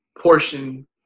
portion